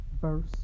verse